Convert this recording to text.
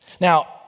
Now